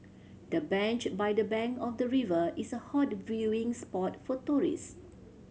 the bench by the bank of the river is a hot viewing spot for tourist